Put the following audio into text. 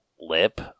lip